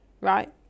right